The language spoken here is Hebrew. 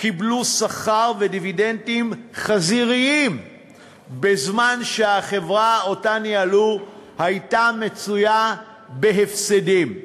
קיבלו שכר ודיבידנדים חזיריים בזמן שהחברה שניהלו הייתה בהפסדים.